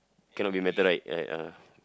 cannot be metal right ya ah